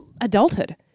Adulthood